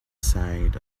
sight